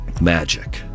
Magic